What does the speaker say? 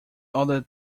other